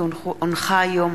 כי הונחה היום